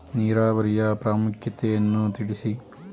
ನೀರಾವರಿಯ ಪ್ರಾಮುಖ್ಯತೆ ಯನ್ನು ತಿಳಿಸಿ?